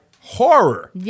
horror